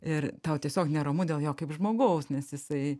ir tau tiesiog neramu dėl jo kaip žmogaus nes jisai